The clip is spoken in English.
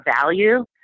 value